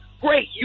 Great